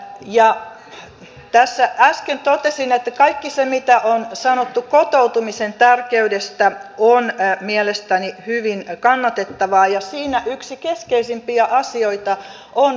ja tässä äsken totesin että kaikki se mitä on sanottu kotoutumisen tärkeydestä on mielestäni hyvin kannatettavaa ja siinä yksi keskeisimpiä asioita on perheenyhdistäminen